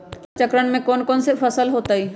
फसल चक्रण में कौन कौन फसल हो ताई?